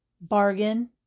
bargain